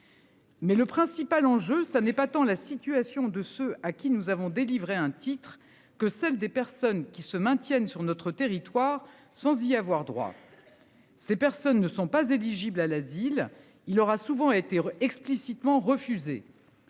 Mais le principal enjeu, ça n'est pas tant la situation de ceux à qui nous avons délivré un titre que celles des personnes qui se maintiennent sur notre territoire sans y avoir droit. Ces personnes ne sont pas éligibles à l'asile. Il aura souvent été explicitement refusé.--